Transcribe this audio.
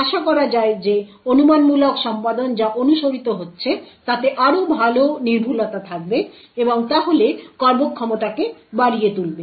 আশা করা যায় যে অনুমানমূলক সম্পাদন যা অনুসরিত হচ্ছে তাতে আরও ভাল নির্ভুলতা থাকবে এবং তাহলে কর্মক্ষমতাকে বাড়িয়ে তুলবে